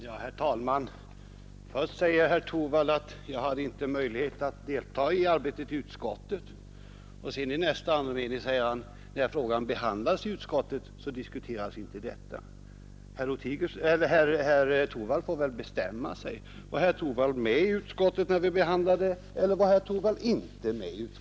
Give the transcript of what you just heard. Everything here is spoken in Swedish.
Herr talman! Först säger herr Torwald att han inte hade möjlighet att delta i arbetet i utskottet, och i nästa mening säger han att när frågan behandlades i utskottet diskuterades inte denna sak. Herr Torwald får väl bestämma sig. Var herr Torwald med i utskottet när vi behandlade denna fråga, eller var han inte med?